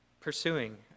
Pursuing